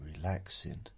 relaxing